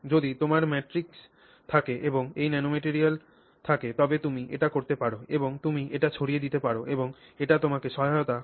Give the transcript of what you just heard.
যদি তোমার ম্যাট্রিক্স থাকে এবং এই ন্যানোম্যাটেরিয়াল থাকে তবে তুমি এটি করতে পার এবং তুমি এটি ছড়িয়ে দিতে পার এবং এটি তোমাকে সহায়তা করে